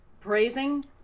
praising